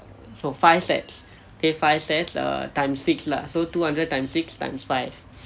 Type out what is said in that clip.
no five sets K five sets err times six lah so two hundred times six times five